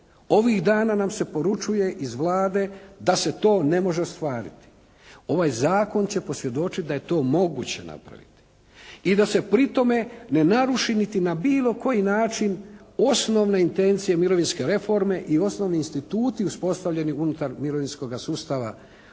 Ovih dana nam se poručuje iz Vlade, da se to ne može ostvariti. Ovaj zakon će posvjedočiti da je to moguće napraviti. I da se pri tome ne naruši niti na bilo koji način osnovne intencije mirovinske reforme i osnovni instituti uspostavljeni unutar mirovinskoga sustava '90.